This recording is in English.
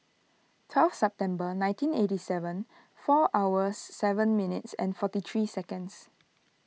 twelfth September nineteen eighty seven four hours seven minutes and forty three seconds